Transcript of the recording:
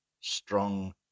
strong